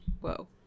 whoa